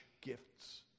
gifts